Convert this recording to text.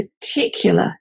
particular